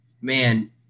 man